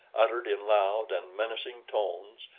uttered in loud and menacing tones,